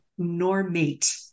normate